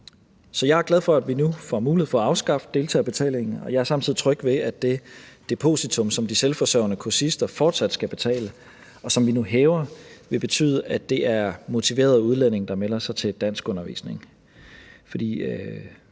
jeg er glad for, at vi nu får mulighed for at afskaffe deltagerbetalingen, og jeg er samtidig tryg ved, at det depositum, som de selvforsørgende kursister fortsat skal betale, og som vi nu hæver, vil betyde, at det er motiverede udlændinge, der melder sig til danskundervisning.